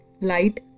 light